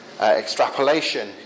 extrapolation